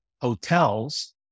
hotels